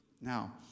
Now